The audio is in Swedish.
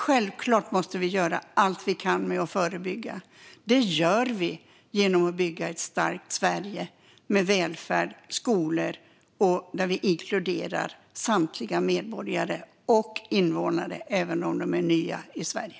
Självklart måste vi göra allt vi kan för att förebygga. Det gör vi genom att bygga ett starkt Sverige med välfärd och skolor och ett Sverige där vi inkluderar samtliga medborgare och invånare, även om de är nya i Sverige.